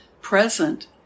present